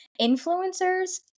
influencers